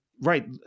Right